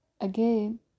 again